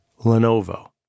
Lenovo